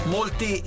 Molti